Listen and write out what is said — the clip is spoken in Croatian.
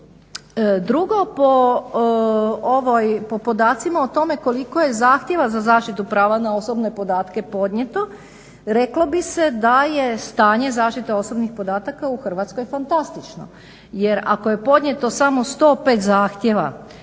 Drugo po podacima o tome koliko je zahtjeva za zaštitu prava na osobne podatke podnijeto, reklo bi se da je stanje zaštite osobnih podataka u Hrvatskoj fantastično jer ako je podnijeto samo 105 zahtjeva